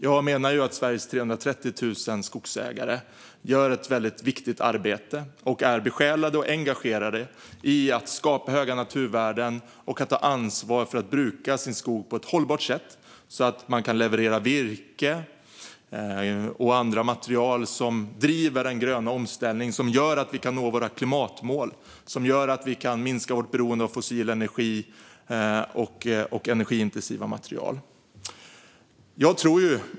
Jag menar att Sveriges 330 000 skogsägare gör ett väldigt viktigt arbete och är besjälade av och engagerade i att skapa höga naturvärden och att ta ansvar för att bruka sin skog på ett hållbart sätt, så att man kan leverera virke och andra material som driver den gröna omställning som gör att vi kan nå våra klimatmål och minska vårt beroende av fossil energi och energiintensiva material.